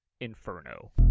Inferno